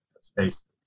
space